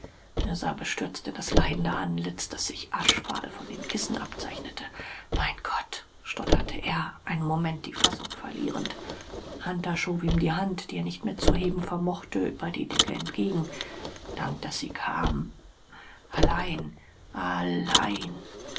er sah bestürzt in das leidende antlitz das sich aschfahl von den kissen abzeichnete mein gott stotterte er einen moment die fassung verlierend hunter schob ihm die hand die er nicht mehr zu heben vermochte über die decke entgegen dank daß sie kamen allein al lein